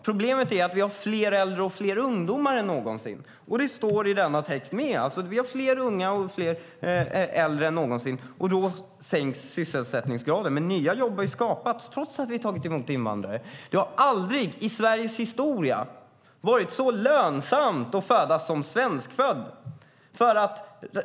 Problemet är att vi har fler äldre och fler ungdomar än någonsin. Det står i denna text också. Vi har fler unga och fler äldre än någonsin, och då sänks sysselsättningsgraden. Men nya jobb har skapats trots att vi har tagit emot invandrare. Det har aldrig i Sveriges historia varit så lönsamt att födas som svensk.